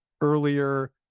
earlier